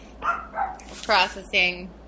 processing